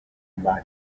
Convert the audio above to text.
back